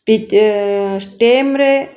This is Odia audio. ଟିକିଏ ଷ୍ଟେମ୍ରେ